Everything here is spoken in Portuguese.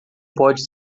pode